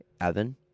Evan